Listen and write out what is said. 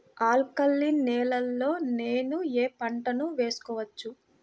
Alkaline నేలలో నేనూ ఏ పంటను వేసుకోవచ్చు?